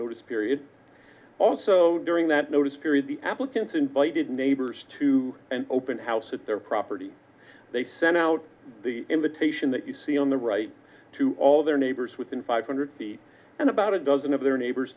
notice period also during that notice period the applicants invited neighbors to an open house at their property they sent out the invitation that you see on the right to all their neighbors within five hundred feet and about a dozen of their neighbors